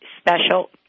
special